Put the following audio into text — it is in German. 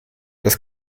das